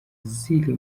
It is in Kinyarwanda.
ziri